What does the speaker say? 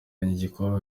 igikombe